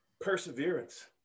perseverance